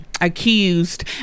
accused